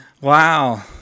Wow